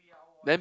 then